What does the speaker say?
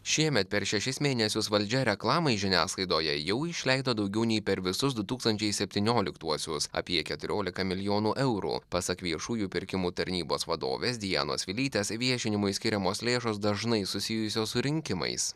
šiemet per šešis mėnesius valdžia reklamai žiniasklaidoje jau išleido daugiau nei per visus du tūkstančiai septynioliktuosius apie keturiolika milijonų eurų pasak viešųjų pirkimų tarnybos vadovės dianos vilytės viešinimui skiriamos lėšos dažnai susijusios su rinkimais